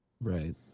right